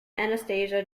anastasia